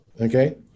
okay